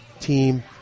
team